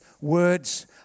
words